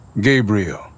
Gabriel